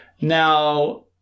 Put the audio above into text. Now